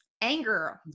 anger